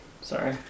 Sorry